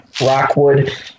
Rockwood